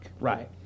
right